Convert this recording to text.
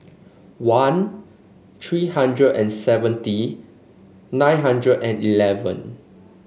one three hundred and seventy nine hundred and eleven